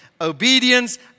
obedience